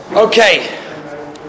Okay